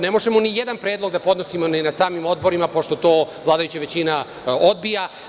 Ne možemo nijedan predlog da podnesemo ni na samim odborima pošto to vladajuća većina odbija.